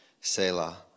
Selah